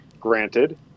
granted